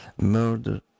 Murder